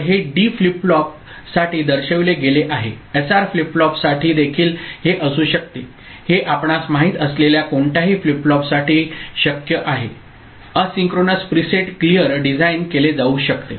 तर हे D flip फ्लॉपसाठी दर्शविले गेले आहे एसआर फ्लिप फ्लॉपसाठीदेखील हे असू शकते हे आपणास माहित असलेल्या कोणत्याही फ्लिप फ्लॉपसाठी शक्य आहे एसिन्क्रोनस प्रीसेट क्लीयर डिझाइन केले जाऊ शकते